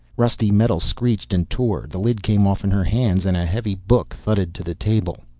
rusty metal screeched and tore. the lid came off in her hands and a heavy book thudded to the table.